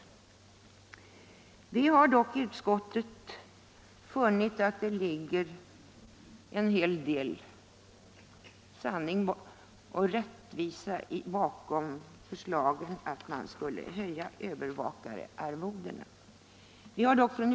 Utskottet har dock funnit att det ligger en hel del sanning och rättvisa bakom förslagen att övervakararvodena skall höjas.